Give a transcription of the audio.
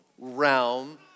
realm